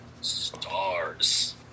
Stars